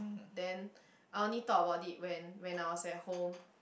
then I only thought about it when when I was at home